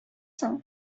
соң